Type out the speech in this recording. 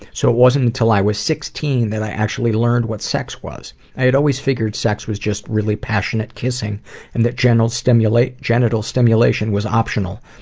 so it wasn't until i was sixteen that i actually learned what sex was. i had always figured sex was just really passionate kissing and the genital stimulation genital stimulation was optional.